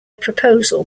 proposal